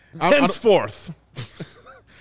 Henceforth